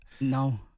no